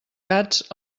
gats